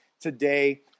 today